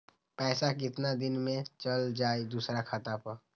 पैसा कितना दिन में चल जाई दुसर खाता पर?